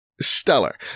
stellar